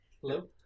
Hello